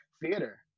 theater